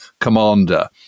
commander